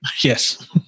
Yes